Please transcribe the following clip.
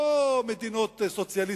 לא מדינות סוציאליסטיות,